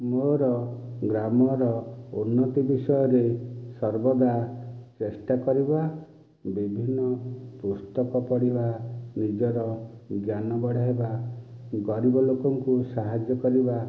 ମୋର ଗ୍ରାମର ଉନ୍ନତି ବିଷୟରେ ସର୍ବଦା ଚେଷ୍ଟା କରିବା ବିଭିନ୍ନ ପୁସ୍ତକ ପଢ଼ିବା ନିଜର ଜ୍ଞାନ ବଢ଼ାଇବା ଗରିବ ଲୋକଙ୍କୁ ସାହାଯ୍ୟ କରିବା